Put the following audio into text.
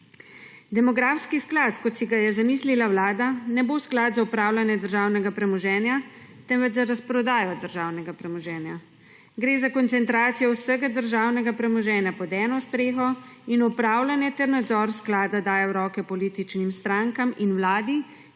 Demografski sklad, kot si ga je zamislila vlada, ne bo sklad za upravljanje državnega premoženja, temveč za razprodajo državnega premoženja. Gre za koncentracijo vsega državnega premoženja pod eno streho in upravljanje ter nadzor sklada daje v roke političnim strankam in vladi